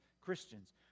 Christians